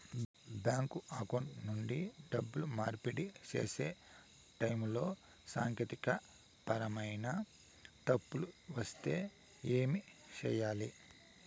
bank account నుండి డబ్బులు మార్పిడి సేసే టైములో సాంకేతికపరమైన తప్పులు వస్తే ఏమి సేయాలి